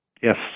Yes